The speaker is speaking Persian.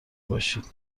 باشید